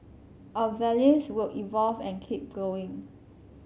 our values will evolve and keep going